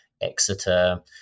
Exeter